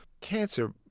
cancer